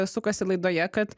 sukasi laidoje kad